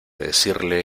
decirle